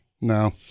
No